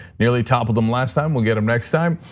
nearly toppled him last time, we'll get him next time.